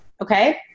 Okay